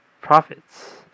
profits